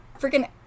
Freaking